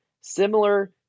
Similar